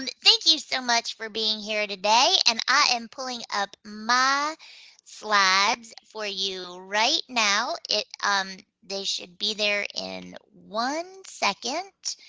and thank you so much for being here today, and i am pulling up my slides for you right now. um they should be there in one second.